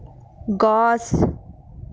গছ